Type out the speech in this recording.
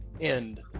end